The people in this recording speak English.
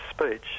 speech